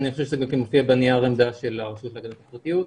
אני חושב שזה מופיע בנייר עמדה של הרשות להגנת הפרטיות.